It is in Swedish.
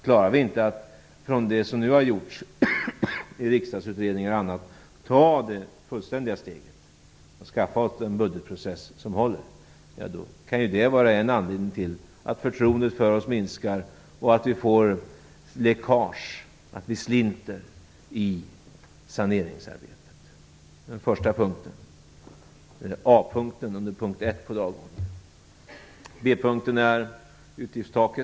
Klarar vi inte att utifrån det som nu har gjorts i riksdagsutredningar och annat ta det fullständiga steget och skaffa oss en budgetprocess som håller, kan ju det vara en anledning till att förtroendet för oss minskar och till att vi får läckage, att vi slinter, i saneringsarbetet. Det är den första punkten, A-punkten under punkt 1 på dagordningen. B-punkten gäller utgiftstaket.